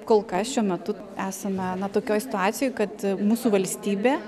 kol kas šiuo metu esame tokioj situacijoj kad mūsų valstybė